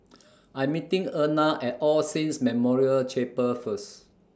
I'm meeting Erna At All Saints Memorial Chapel First